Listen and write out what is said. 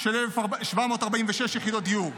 של 1,746 יחידות דיור,